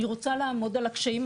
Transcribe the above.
אני רוצה לעמוד על הקשיים,